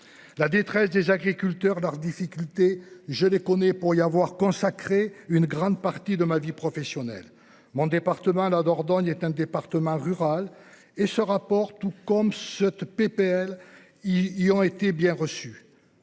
La détresse des agriculteurs, leurs difficultés, je les connais pour y avoir consacré une grande partie de ma vie professionnelle, mon département, la Dordogne, est un département rural et ce rapport tout comme cette PPL, ils y ont été bien reçu.